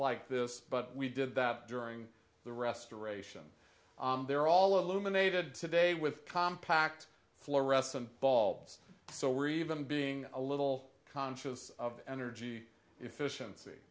like this but we did that during the restoration they're all aluminum a did today with compact fluorescent bulbs so we're even being a little conscious of energy efficiency